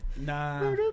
nah